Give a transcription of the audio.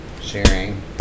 sharing